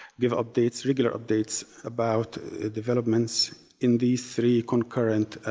give updates, regular updates about developments in the three concurrent